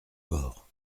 gorre